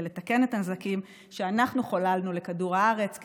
לתקן את הנזקים שאנחנו חוללנו לכדור הארץ,